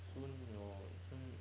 soon 有 soon